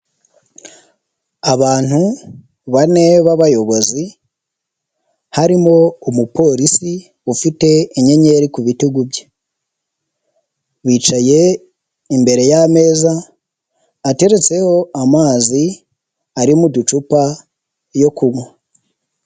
Abantu bane b'abayobozi, harimo umupolisi ufite inyenyeri ku bitugu bye, bicaye imbere y'ameza ateretseho amazi ari mu ducupa yo kunywa.